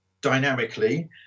dynamically